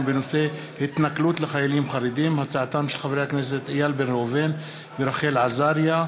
של חברי הכנסת איל בן ראובן ורחל עזריה בנושא: